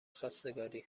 خواستگاری